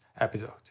episode